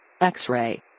X-ray